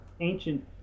Ancient